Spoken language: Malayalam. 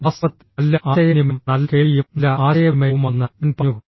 വാസ്തവത്തിൽ നല്ല ആശയവിനിമയം നല്ല കേൾവിയും നല്ല ആശയവിനിമയവുമാണെന്ന് ഞാൻ പറഞ്ഞു